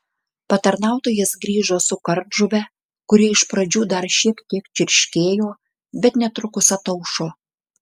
patarnautojas grįžo su kardžuve kuri iš pradžių dar šiek tiek čirškėjo bet netrukus ataušo